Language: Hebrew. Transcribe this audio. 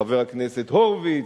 חבר הכנסת הורוביץ,